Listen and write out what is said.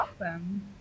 Awesome